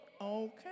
Okay